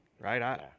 right